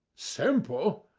simple!